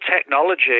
technology